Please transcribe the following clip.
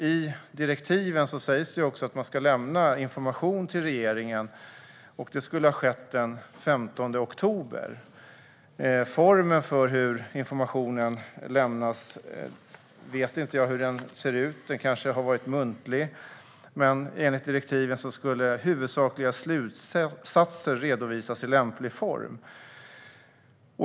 I direktiven sägs det att man ska lämna information till regeringen, och det skulle ha skett den 15 oktober. Jag vet inte i vilken form som informationen har lämnats. Den har kanske varit muntlig. Men enligt direktiven skulle huvudsakliga slutsatser redovisas i lämplig form.